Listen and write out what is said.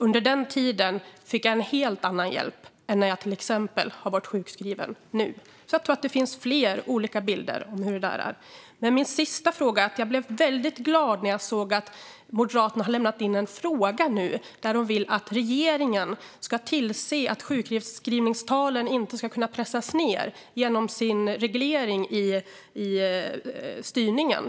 Under den tiden fick jag dock en helt annan hjälp än när jag till exempel har varit sjukskriven nu. Jag tror alltså att det finns flera olika bilder av hur det där är. Jag blev väldigt glad när jag såg att Moderaterna har lämnat in en fråga där man vill att regeringen ska tillse att sjukskrivningstalen inte ska kunna pressas ned genom reglering i styrningen.